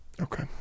Okay